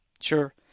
Sure